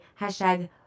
Hashtag